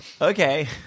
Okay